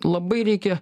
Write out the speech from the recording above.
labai reikia